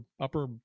upper